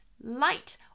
light